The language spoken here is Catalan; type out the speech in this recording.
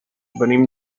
venim